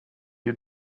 you